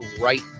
right